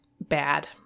bad